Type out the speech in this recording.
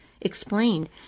explained